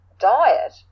Diet